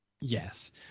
Yes